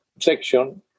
section